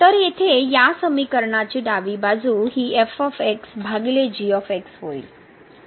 तर येथे या समीकरणाची डावी बाजू हि होईल